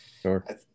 sure